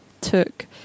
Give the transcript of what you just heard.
took